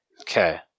Okay